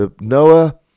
Noah